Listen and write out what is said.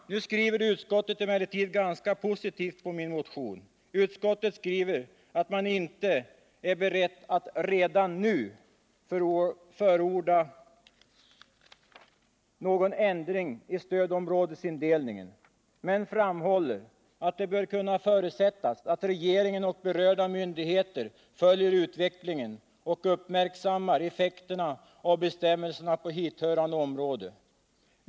Nu skriver utskottet emellertid ganska positivt i anledning av min motion, att man inte är beredd att redan nu förorda någon ändring i stödområdesindelningen. Men man framhåller att det bör kunna förutsättas att regeringen och berörda myndigheter följer utvecklingen och uppmärksammar effekterna av bestämmelserna på hithörande område.